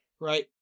right